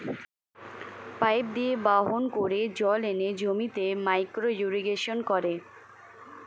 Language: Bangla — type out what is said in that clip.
পাইপ দিয়ে বাহন করে জল এনে জমিতে মাইক্রো ইরিগেশন করে